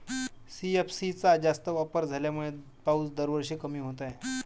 CFC चा जास्त वापर झाल्यामुळे पाऊस दरवर्षी कमी होत आहे